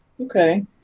okay